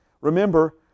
Remember